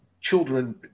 children